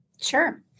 Sure